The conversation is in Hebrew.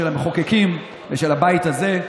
של המחוקקים ושל הבית הזה.